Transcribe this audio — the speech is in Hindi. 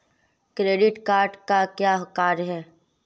क्रेडिट कार्ड का क्या कार्य है?